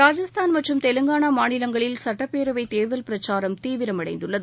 ராஜஸ்தான் மற்றும் தெலங்கானா மாநிலங்களில் சட்டப்பேரவை தேர்தல் பிரச்சாரம் தீவிரமடைந்துள்ளது